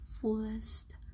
fullest